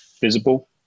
visible